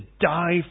die